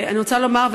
אני רוצה לומר,